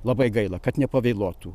labai gaila kad nepavėluotų